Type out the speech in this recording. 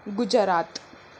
Gujarat